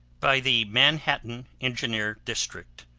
by the manhattan engineer district,